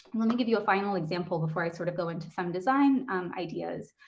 and let me give you a final example before i sort of go into some design ideas,